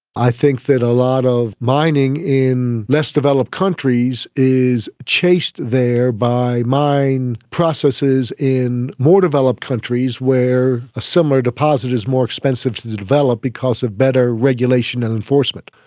i think that a lot of mining in less developed countries is chased there by mine processes in more developed countries where a similar deposit is more expensive to develop because of better regulation and enforcement.